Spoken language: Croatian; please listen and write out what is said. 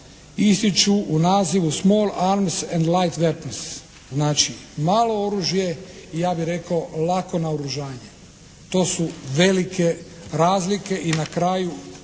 ističu u nazivu …/Govornik se ne razumije./… znači malo oružje i ja bih rekao lako naoružanje. To su velike razlike. I na kraju